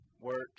work